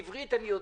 עברית אני יודע.